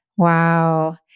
Wow